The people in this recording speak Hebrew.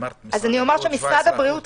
אמרת: משרד הבריאות 17%. משרד הבריאות,